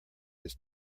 his